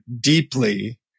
deeply